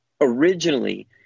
originally